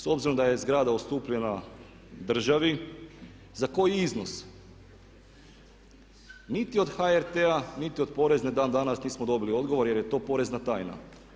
S obzirom da je zgrada ustupljena državi za koji iznos niti od HRT-a, niti od Porezne dan danas nismo dobili odgovor jer je to porezna tajna.